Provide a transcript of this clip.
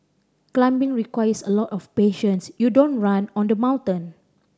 climbing requires a lot of patience you don't run on the mountain